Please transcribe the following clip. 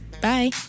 Bye